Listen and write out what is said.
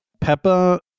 peppa